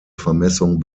vermessung